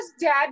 dad